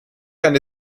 eine